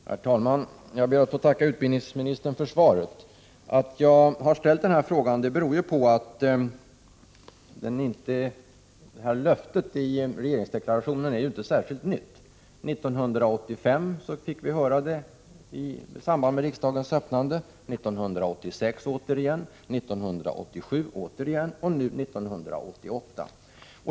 Herr talman! Jag ber att få tacka utbildningsministern för svaret. Att jag har ställt frågan beror ju på att det här löftet i regeringsdeklarationen inte är särskilt nytt. År 1985 fick vi höra det i samband med riksmötets öppnande, 1986 återigen, 1987 återigen och nu 1988.